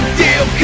deal